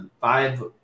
five